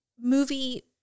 movie